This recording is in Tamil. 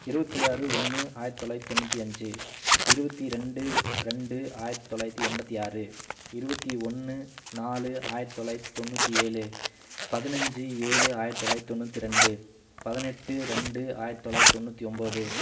இருபத்தி ஆறு ஒன்று ஆயிரத்தி தொள்ளாயிரத்து தொண்ணூற்றி அஞ்சு இருபத்தி ரெண்டு ரெண்டு ஆயிரத்தி தொள்ளாயிரத்தி எண்பத்தி ஆறு இருபத்தி ஒன்று நாலு ஆயிரத்து தொள்ளாயிரத்தி தொண்ணூற்றி ஏழு பதினஞ்சு ஏழு ஆயிரத்தி தொள்ளாயிரத்தி தொண்ணூற்றி ரெண்டு பதினெட்டு ரெண்டு ஆயிரத்தி தொள்ளாயிரத்தி தொண்ணூற்றி ஒன்போது